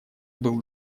был